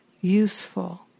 useful